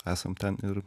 esam ten ir